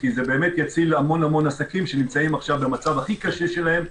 כי זה יציל המון עסקים שנמצאים עכשיו במצב הכי קשה שלהם,